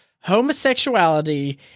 homosexuality